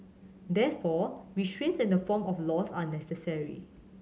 therefore restraints in the form of laws are necessary